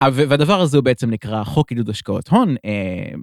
והדבר הזה הוא בעצם נקרא חוק עדוד השקעות הון.